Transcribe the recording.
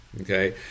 okay